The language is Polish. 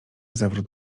zawrót